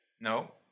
No